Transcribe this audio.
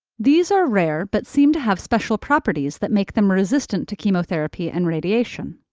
these are rare but seem to have special properties that make them resistant to chemotherapy and radiation.